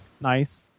Nice